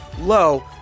low